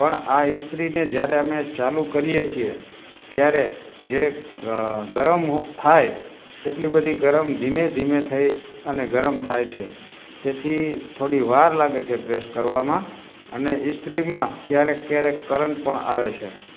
પણ આ ઇસ્ત્રીને જ્યારે અમે ચાલું કરીએ છીએ ત્યારે જે અ ગરમ થાય એટલી બધી ગરમ ધીમે ધીમે થઇ અને ગરમ થાય છે તેથી થોડીવાર લાગે છે પ્રેસ કરવામાં અને ઇસ્ત્રીમાં ક્યારેય ક્યારેક કરંટ પણઆવે છે